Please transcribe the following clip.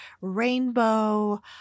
rainbow